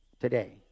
today